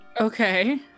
Okay